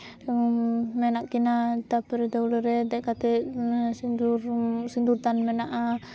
ᱢᱮᱱᱟᱜ ᱠᱤᱱᱟᱹ ᱛᱟᱯᱚᱨᱮ ᱫᱟᱹᱣᱲᱟᱹ ᱨᱮ ᱫᱮᱡ ᱠᱟᱛᱮ ᱥᱤᱸᱫᱩᱨ ᱥᱤᱸᱫᱩᱨ ᱫᱟᱱ ᱢᱮᱱᱟᱜᱼᱟ